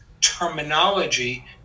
terminology